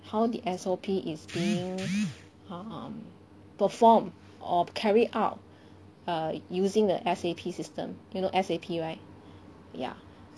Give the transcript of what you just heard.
how the S_O_P is being um performed or carried out err using the S_A_P system you know S_A_P right ya